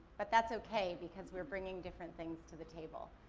but, that's okay, because we're bringing different things to the table.